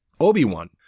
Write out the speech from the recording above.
Obi-Wan